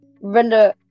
Render